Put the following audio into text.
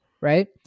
right